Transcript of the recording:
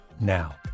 now